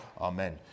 Amen